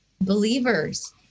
believers